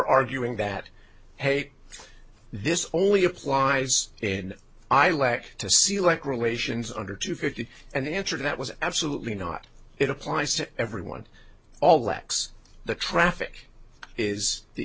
arguing that hey this only applies in i like to see like relations under two fifty and the answer that was absolutely not it applies to everyone all lex the traffic is the